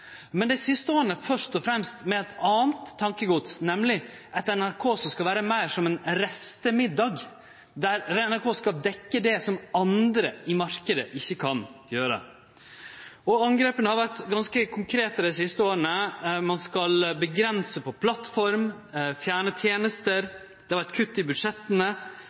men dei siste åra først og fremst med eit anna tankegods, nemleg eit NRK som skal vere meir som ein restemiddag, der NRK skal dekkje det som andre i marknaden ikkje kan. Angrepa har vore ganske konkrete dei siste åra: Ein skal avgrense på plattform, fjerne tenester, det var eit kutt i budsjetta,